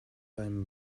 einem